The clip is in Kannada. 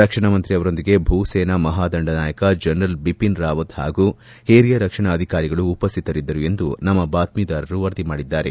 ರಕ್ಷಣಾಮಂತ್ರಿ ಅವರೊಂದಿಗೆ ಭೂಸೇನಾ ಮಹಾದಂಡ ನಾಯಕ ಜನರಲ್ ಬಿಪಿನ್ ರಾವತ್ ಹಾಗೂ ಹಿರಿಯ ರಕ್ಷಣಾ ಅಧಿಕಾರಿಗಳು ಉಪಸ್ವಿತರಿದ್ದರು ಎಂದು ನಮ್ಮ ಬಾತ್ಜೀದಾರರು ವರದಿ ಮಾಡಿದ್ದಾರೆ